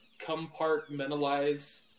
compartmentalize